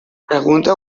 pregunta